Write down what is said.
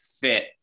fit